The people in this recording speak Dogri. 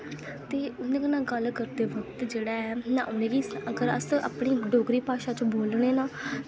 ते उं'दे कन्नै गल्ल करदे वक्त जेह्ड़ा ऐ उ'नें गी अगर अस अपनी डोगरी भाशा च बोलने ना